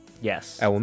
yes